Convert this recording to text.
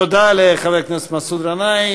תודה לחבר הכנסת מסעוד גנאים.